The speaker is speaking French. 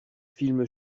film